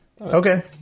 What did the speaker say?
Okay